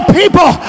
people